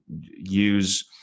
use